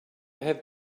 have